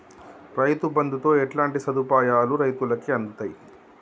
రైతు బంధుతో ఎట్లాంటి సదుపాయాలు రైతులకి అందుతయి?